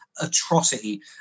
atrocity